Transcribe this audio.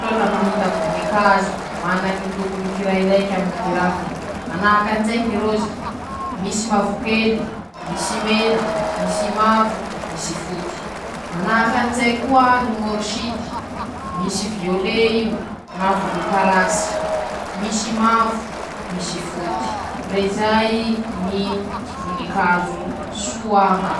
<…> Loa la mahita voninkazo, mana ñy lokony kirairaikyaminy ñy raviny: -Manahaky anizay ñy rôzy :misy mavokely, misy mena, misymavo misy foty.-Manahaky anizay koa ñy orchidy, misy violet io na volomparasy, misy mavo, misy foty, rezay ñy voninkazo soa maroloko.